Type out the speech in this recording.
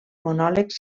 monòlegs